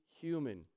human